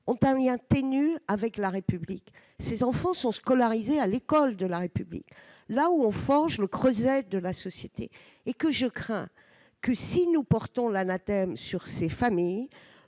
ont un lien ténu avec la République. Ces enfants sont scolarisés à l'école de la République, là où on forge le creuset de la société. Si nous portons l'anathème sur ces familles,